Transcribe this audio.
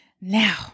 Now